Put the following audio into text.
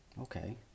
okay